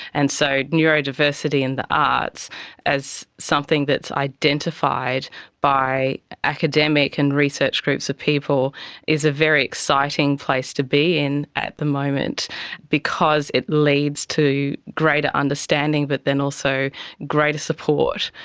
and so neurodiversity in the arts as something that is identified by academic and research groups of people is a very exciting place to be in at the moment because it leads to greater understanding but then also greater support.